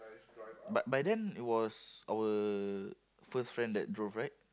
but by then it was our first friend that drove right